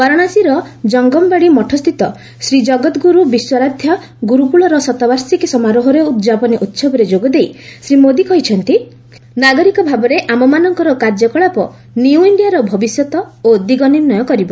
ବାରଣାସୀର ଜଙ୍ଗମବାଡ଼ି ମଠସ୍ଥିତ ଶ୍ରୀ ଜଗଦ୍ଗୁରୁ ବିଶ୍ୱାରାଧ୍ୟ ଗୁରୁକୁଳର ଶତବାର୍ଷିକୀ ସମାରୋହର ଉଦ୍ଯାପନୀ ଉହବରେ ଯୋଗଦେଇ ଶ୍ରୀ ମୋଦି କହିଛନ୍ତି ନାଗରିକ ଭାବରେ ଆମମାନଙ୍କର କାର୍ଯ୍ୟକଳାପ ନିଉ ଇଣ୍ଡିଆର ଭବିଷ୍ୟତ ଓ ଦିଗ ନିର୍ଣ୍ଣୟ କରିବ